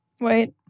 Wait